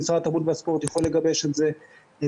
משרד התרבות והספורט יכול לגבש את זה בעצמו.